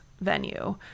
venue